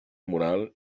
mural